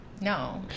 no